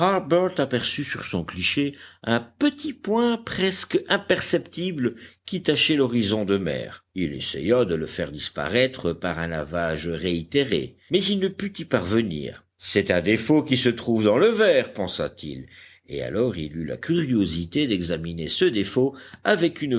aperçut sur son cliché un petit point presque imperceptible qui tachait l'horizon de mer il essaya de le faire disparaître par un lavage réitéré mais il ne put y parvenir c'est un défaut qui se trouve dans le verre pensa-t-il et alors il eut la curiosité d'examiner ce défaut avec une